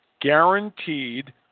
guaranteed